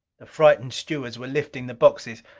the frightened stewards were lifting the boxes,